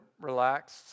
relaxed